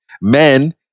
men